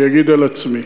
אני אגיד על עצמי.